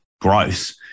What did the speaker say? gross